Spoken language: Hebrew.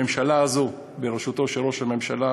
הממשלה הזו בראשותו של ראש הממשלה,